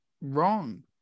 Wrong